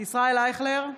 ישראל אייכלר,